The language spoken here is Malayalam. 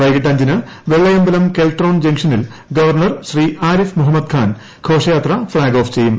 വൈകിട്ട് അഞ്ചിന് വെള്ളയമ്പലം കെൽട്രോൺ ജംഗ്ഷനിൽ ഗവർണർ ശ്രീ ആരിഫ് മുഹമ്മദ് ഖാൻ ഘോഷയാത്ര ഫ്ളാഗ് ഓഫ് ചെയ്യും